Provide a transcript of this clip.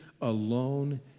alone